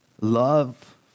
love